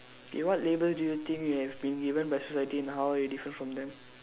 okay what label do you think you have been given by society and how you differ from them